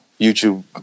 YouTube